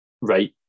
Right